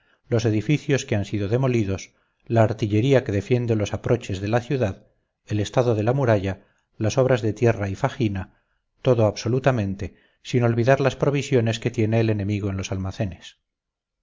los edificios que han sido demolidos la artillería que defiende los aproches de la ciudad el estado de la muralla las obras de tierra y fajina todo absolutamente sin olvidar las provisiones que tiene el enemigo en los almacenes